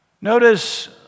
Notice